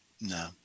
no